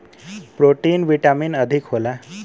protein vitamin अधिक होला